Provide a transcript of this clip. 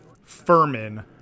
Furman